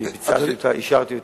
הצעתי אותה, אישרתי אותה,